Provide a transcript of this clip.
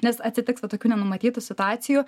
nes atsitiks va tokių nenumatytų situacijų